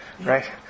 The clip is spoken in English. right